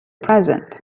present